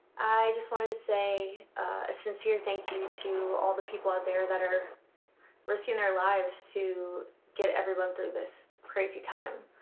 i just wanted to say a sincere thank you to all the people out there that are risking their lives to get everyone through this crazy time.